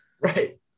Right